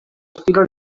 estilo